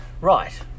right